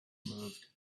moved